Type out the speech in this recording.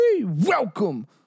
Welcome